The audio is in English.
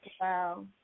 Wow